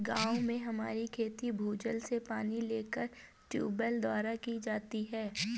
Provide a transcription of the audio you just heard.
गांव में हमारी खेती भूजल से पानी लेकर ट्यूबवेल द्वारा की जाती है